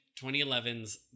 2011's